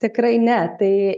tikrai ne tai